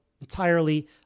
entirely